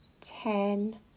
ten